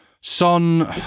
Son